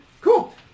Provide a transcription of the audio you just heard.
cool